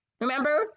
Remember